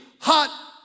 hot